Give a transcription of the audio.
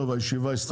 טוב הישיבה הסתיימה.